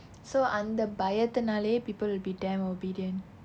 so அந்த பயத்தில்நாளே:antha payathilnaale people will be damn obedient